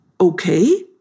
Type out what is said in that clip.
Okay